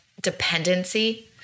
dependency